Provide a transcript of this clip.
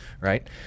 right